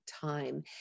time